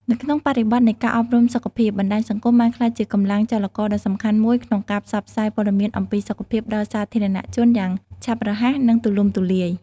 នៅក្នុងបរិបទនៃការអប់រំសុខភាព បណ្តាញសង្គមបានក្លាយជាកម្លាំងចលករដ៏សំខាន់មួយក្នុងការផ្សព្វផ្សាយព័ត៌មានអំពីសុខភាពដល់សាធារណជនយ៉ាងឆាប់រហ័សនិងទូលំទូលាយ។